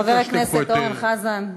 חבר הכנסת אורן חזן,